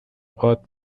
باد